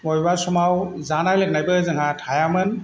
बबेबा समाव जानाय लोंनायबो जोंहा थायामोन